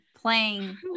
playing